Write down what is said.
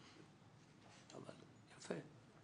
אבל יפה.